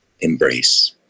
embrace